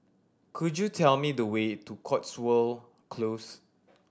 could you tell me the way to Cotswold Close